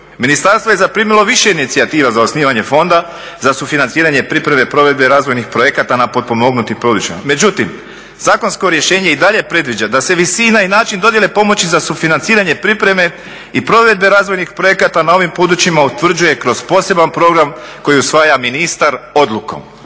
Ministarstvo je zaprimilo više inicijativa za osnivanje fonda, za sufinanciranje pripreme provedbe razvojnih projekata na potpomognutim područjima. Međutim, zakonsko rješenje i dalje predviđa da se visina i način dodjele pomoći za sufinanciranje pripreme i provedbe razvojnih projekata na ovim područjima utvrđuje kroz poseban program koji usvaja ministar odlukom.